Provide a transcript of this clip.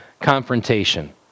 confrontation